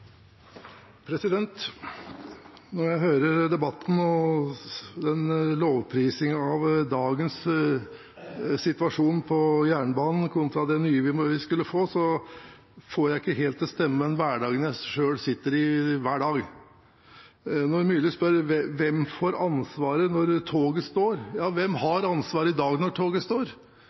Når jeg hører debatten og lovprisingen av dagens situasjon for jernbanen kontra det nye vi skulle få, får jeg det ikke helt til å stemme med den hverdagen jeg selv sitter i hver dag. Myrli spør hvem som får ansvaret når toget står. Ja, hvem har ansvaret i dag når toget står?